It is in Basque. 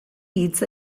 hitz